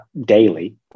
daily